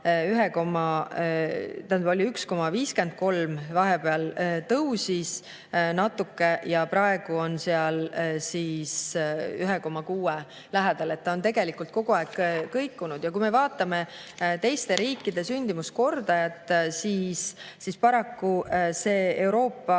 1,53. Vahepeal tõusis natuke ja praegu on 1,6 lähedal. See on tegelikult kogu aeg kõikunud. Ja kui me vaatame teiste riikide sündimuskordajat, siis paraku see Euroopa